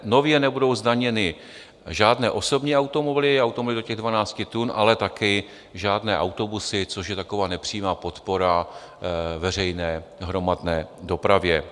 Nově nebudou zdaněny žádné osobní automobily, automobily do 12 tun, ale taky žádné autobusy, což je taková nepřímá podpora veřejné hromadné dopravě.